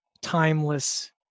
timeless